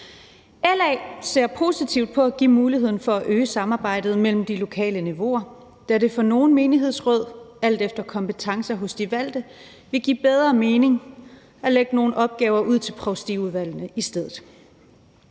LA ser positivt på at give mulighed for at øge samarbejdet mellem de lokale niveauer, da det for nogle menighedsråd, alt efter kompetencer hos de valgte, vil give bedre mening at lægge nogle opgaver ud til provstiudvalgene i stedet.